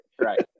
Right